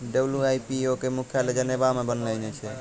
WIPO के मुख्यालय Geneva मे बनैने छै